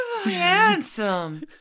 handsome